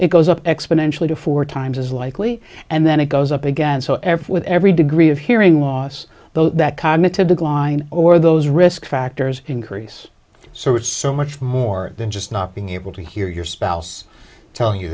it goes up exponentially to four times as likely and then it goes up again so ever with every degree of hearing loss though that cognitive decline or those risk factors increase so it's so much more than just not being able to hear your spouse tell you